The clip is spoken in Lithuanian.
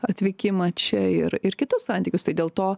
atvykimą čia ir ir kitus santykius tai dėl to